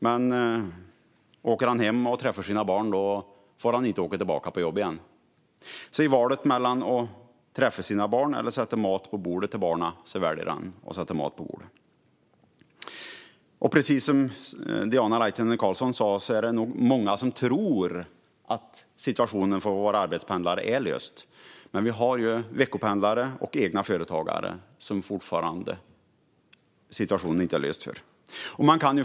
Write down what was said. Men om Tomas åker hem och träffar sina barn får han inte komma tillbaka till jobbet, så i valet mellan att träffa sina barn och sätta mat på bordet till barnen väljer han att sätta mat på bordet. Precis som Diana Laitinen Carlsson sa är det nog många som tror att situationen för våra arbetspendlare är löst, men för våra veckopendlare och egenföretagare är den ännu inte löst.